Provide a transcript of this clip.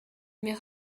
mais